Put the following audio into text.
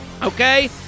Okay